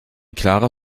klarer